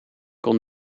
kon